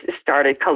started